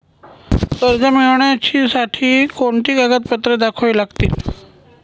कर्ज मिळण्यासाठी कोणती कागदपत्रे दाखवावी लागतील?